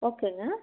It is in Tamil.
ஓகேங்க